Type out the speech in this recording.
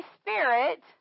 Spirit